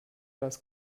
das